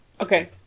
Okay